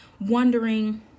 wondering